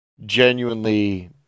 Genuinely